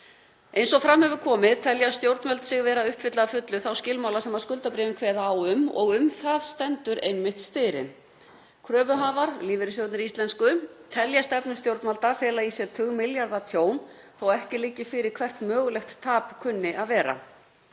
Eins og fram hefur komið telja stjórnvöld sig vera að uppfylla að fullu þá skilmála sem skuldabréfin kveða á um og um það stendur einmitt styrinn. Kröfuhafar, lífeyrissjóðirnir íslensku, telja stefnu stjórnvalda fela í sér tugmilljarða tjón þótt ekki liggi fyrir hvert mögulegt tap kunni að vera.